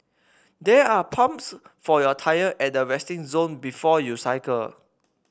there are pumps for your tyres at the resting zone before you cycle